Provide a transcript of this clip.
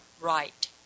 right